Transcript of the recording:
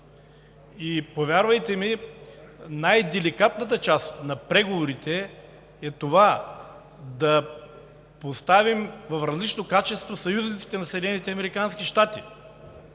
Повярвайте ми, най деликатната част на преговорите е да поставим в различно качество съюзниците на